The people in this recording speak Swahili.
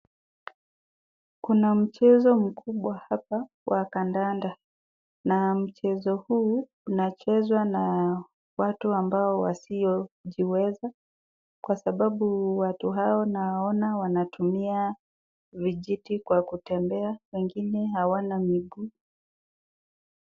Kuna mchezo mkubwa hapa wa kandanda na mchezo huu unachezwa na watu ambao wasiojiweza, kwa sababu watu hawa naona wanatumia vijiti kwa kutembea wengine hawana miguu.